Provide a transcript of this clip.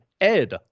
Ed